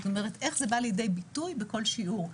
זאת אומרת איך זה בא לידי ביטוי בכל שיעור,